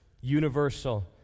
universal